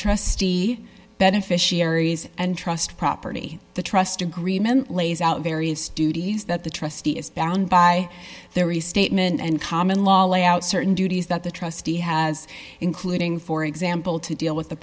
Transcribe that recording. trustee beneficiaries and trust property the trust agreement lays out various duties that the trustee is bound by their restatement and common law lay out certain duties that the trustee has including for example to deal with the